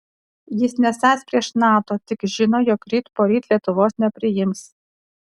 jis nesąs prieš nato tik žino jog ryt poryt lietuvos nepriims